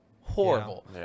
horrible